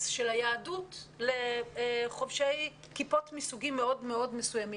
של היהדות לחובשי כיפות מסוגים מאוד מסוימים.